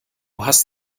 hast